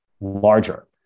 larger